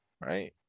right